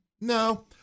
no